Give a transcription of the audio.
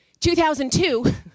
2002